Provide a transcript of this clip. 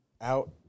out